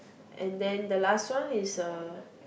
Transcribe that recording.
and then the last one is a